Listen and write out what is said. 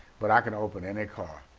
but i could open any car.